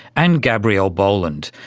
and gabriele boland,